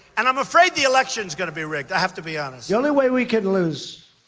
and i'm afraid the election is going to be rigged. i have to be honest. the only way we could lose,